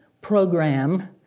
program